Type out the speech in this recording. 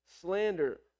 slander